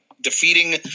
defeating